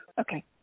Okay